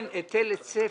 אני רוצה להציע